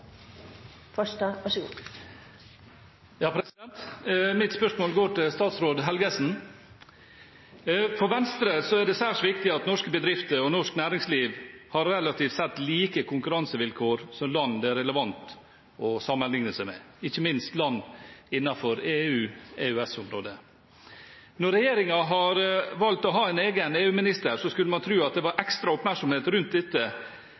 Mitt spørsmål går til statsråd Helgesen. For Venstre er det særs viktig at norske bedrifter og norsk næringsliv har relativt sett like konkurransevilkår som land det er relevant å sammenlikne seg med, ikke minst land innenfor EU/EØS-området. Når regjeringen har valgt å ha en egen EU-minister, skulle man tro det var ekstra oppmerksomhet rundt dette,